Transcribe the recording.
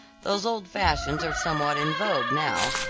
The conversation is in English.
those old fashions are somewhat in vogue now,